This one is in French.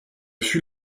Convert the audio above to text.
fut